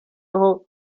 aho